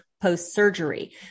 post-surgery